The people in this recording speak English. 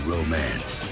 Romance